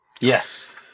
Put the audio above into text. Yes